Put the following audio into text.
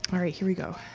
all right, here we go.